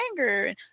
anger